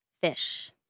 fish